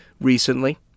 recently